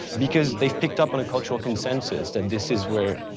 because they've picked up on a cultural consensus that this is where,